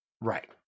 Right